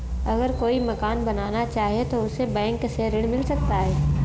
अगर कोई मकान बनाना चाहे तो उसे बैंक से ऋण मिल सकता है?